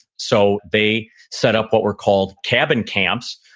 so they set up what were called cabin camps,